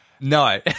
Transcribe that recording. No